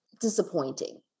disappointing